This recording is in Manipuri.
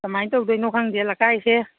ꯀꯃꯥꯏ ꯇꯧꯗꯣꯏꯅꯣ ꯈꯪꯗꯦ ꯂꯀꯥꯏꯁꯦ